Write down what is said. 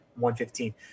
115